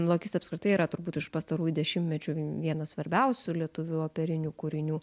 lokys apskritai yra turbūt iš pastarųjų dešimtmečių vienas svarbiausių lietuvių operinių kūrinių